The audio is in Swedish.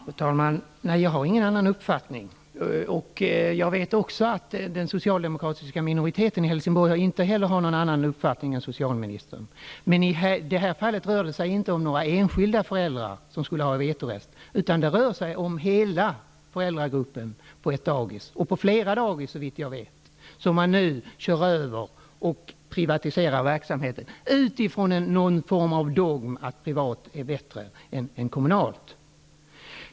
Fru talman! Jag har ingen annan uppfattning. Jag vet också att inte heller den socialdemokratiska minoriteten i Helsingborg har någon annan uppfattning än socialministern. Men i det här fallet rör det sig inte om några enskilda föräldrar, som skulle ha vetorätt, utan det gäller hela föräldragruppen på ett dagis eller -- såvitt jag vet -- på flera dagis. Dessa grupper körs nu över när man privatiserar verksamheten med utgångspunkt i något slags dogm att privat verksamhet är bättre än kommunal.